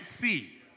see